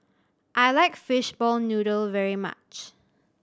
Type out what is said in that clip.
I like fishball noodle very much